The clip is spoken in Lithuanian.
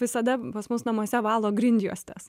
visada pas mus namuose valo grindjuostes